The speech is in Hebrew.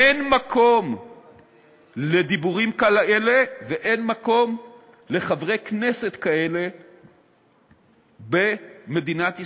אין מקום לדיבורים כאלה ואין מקום לחברי כנסת כאלה במדינת ישראל.